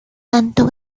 tanto